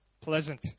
pleasant